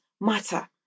matter